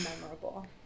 memorable